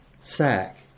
sack